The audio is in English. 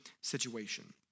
situation